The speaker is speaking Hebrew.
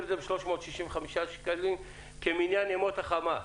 להשאיר את זה ב-365 שקלים כמניין ימות החמה,